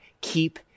keep